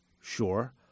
Sure